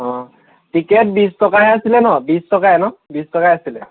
অঁ টিকেট বিশ টকাহে আছিলে ন বিশ টকাই ন বিশ টকাই আছিলে